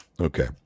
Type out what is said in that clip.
Okay